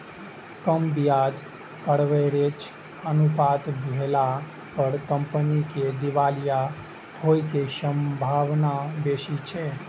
कम ब्याज कवरेज अनुपात भेला पर कंपनी के दिवालिया होइ के संभावना बेसी रहै छै